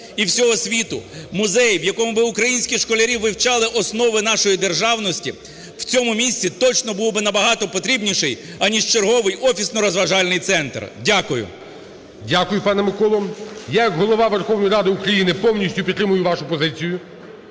і всього світу, музей, в якому б українські школярі вивчали основи нашої державності, в цьому місті точно було б набагато потрібніший аніж черговий офісно-розважальний центр. Дякую. ГОЛОВУЮЧИЙ. Дякую, пане Миколо. Я як Голова Верховної Ради України повністю підтримую вашу позицію.